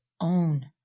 own